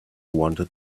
wanted